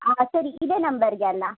ಹಾಂ ಸರಿ ಇದೆ ನಂಬರಿಗೆ ಅಲ್ಲಾ